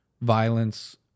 violence